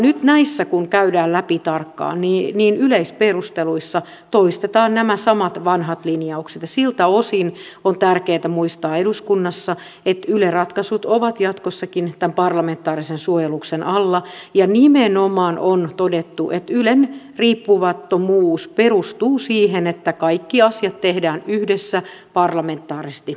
nyt näissä kun käydään läpi tarkkaan yleisperusteluissa toistetaan nämä samat vanhat linjaukset ja siltä osin on tärkeätä muistaa eduskunnassa että yle ratkaisut ovat jatkossakin tämän parlamentaarisen suojeluksen alla ja nimenomaan on todettu että ylen riippumattomuus perustuu siihen että kaikki asiat tehdään yhdessä parlamentaarisesti sopien